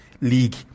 league